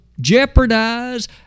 jeopardize